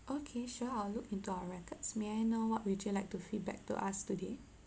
okay sure I'll look into our records may I know what would you like to feedback to us today